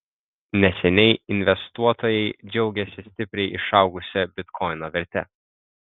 neseniai investuotojai džiaugėsi stipriai išaugusia bitkoino verte